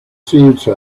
ceuta